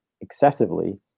excessively